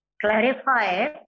clarify